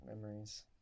memories